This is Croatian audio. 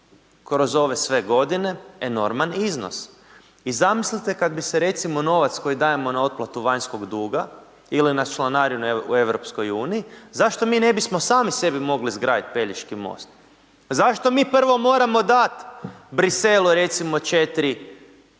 kroz ove sve godine, enorman iznos i zamislite kad bi se recimo novac koji dajemo na otplatu vanjskog duga ili na članarinu u EU, zašto mi ne bismo sami sebi mogli izgradit Pelješki most, zašto mi prvo moramo dat Bruxellesu recimo 4 i